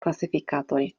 klasifikátory